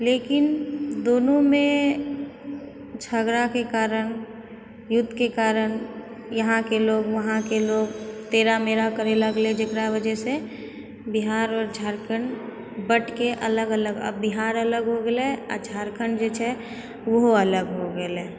लेकिन दुनूमे झगड़ाके कारण युद्धके कारण यहाँके लोग वहाँके लोग तेरा मेरा करै लागलै जकरा वजहसँ बिहार आओर झारखण्ड बँटके अलग अलग अब बिहार अलग हो गेलै आओर झारखण्ड जे छै ऊहो अलग हो गेलै